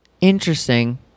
Interesting